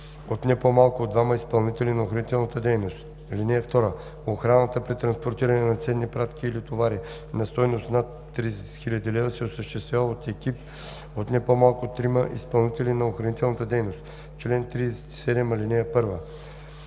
от не по-малко от двама изпълнители на охранителна дейност. (2) Охраната при транспортиране на ценни пратки или товари на стойност над 30 000 лв. се осъществява от екип от не по-малко от трима изпълнители на охранителна дейност. Чл. 37. (1)